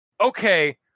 okay